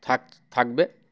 থাক থাকবে